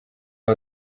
ubu